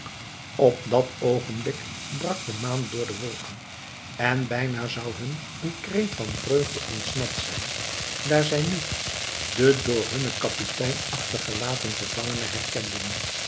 op dat oogenblik brak de maan door de wolken en bijna zou hun een kreet van vreugde ontsnapt zijn daar zij nu den door hunnen kapitein achtergelaten gevangene herkenden